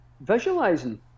visualizing